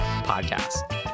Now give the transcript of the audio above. podcast